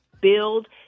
build